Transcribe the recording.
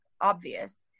obvious